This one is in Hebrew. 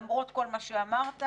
למרות כל מה שאמרת,